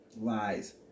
Lies